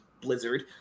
Blizzard